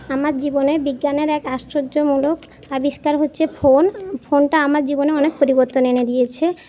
আমার জীবনে বিজ্ঞানের এক আশ্চর্যমূলক আবিষ্কার হচ্ছে ফোন ফোনটা আমার জীবনে অনেক পরিবর্তন এনে দিয়েছে